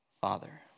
Father